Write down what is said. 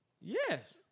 Yes